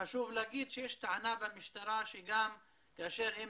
חשוב להגיד שיש טענה במשטרה שגם כאשר הם